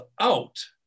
out